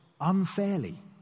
unfairly